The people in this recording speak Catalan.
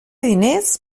diners